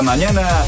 Mañana